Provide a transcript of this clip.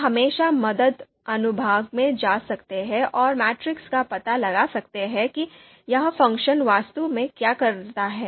आप हमेशा मदद अनुभाग में जा सकते हैं और मैट्रिक्स का पता लगा सकते हैं कि यह फ़ंक्शन वास्तव में क्या करता है